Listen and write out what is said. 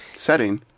setting.